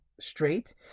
straight